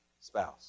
spouse